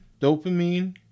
dopamine